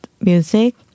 music